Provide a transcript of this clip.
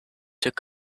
took